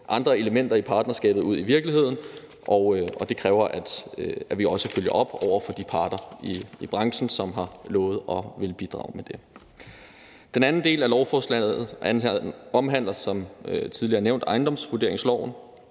andre elementer i partnerskabet ud i virkeligheden, og det kræver, at vi også følger op over for de parter i branchen, som har lovet at ville bidrage med det. Den anden del af lovforslaget omhandler som tidligere nævnt ejendomsvurderingsloven,